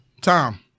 Tom